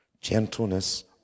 Gentleness